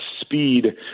speed